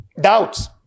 Doubts